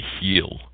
heal